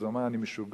הוא השיב: אני משוגע,